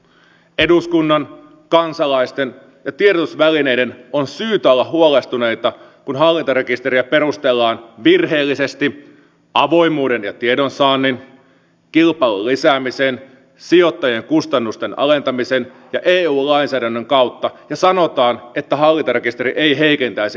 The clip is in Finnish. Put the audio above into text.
eduskunnan kansalaisten ja tiedotusvälineiden on syytä olla huolestuneita kun hallintarekisteriä perustellaan virheellisesti avoimuuden ja tiedonsaannin kilpailun lisäämisen sijoittajien kustannusten alentamisen ja eu lainsäädännön kautta ja sanotaan että hallintarekisteri ei heikentäisi nykytilannetta